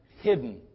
hidden